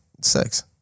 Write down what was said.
sex